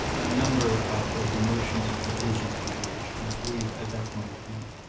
a number of both emotions and conclusions that he had reached. and i believe at that point, you know,